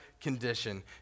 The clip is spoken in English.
condition